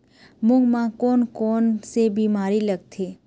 मूंग म कोन कोन से बीमारी लगथे?